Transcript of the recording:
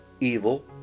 evil